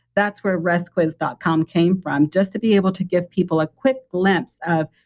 that's where restquiz dot com came from just to be able to give people a quick glimpse of,